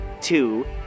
two